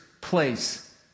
place